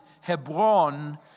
Hebron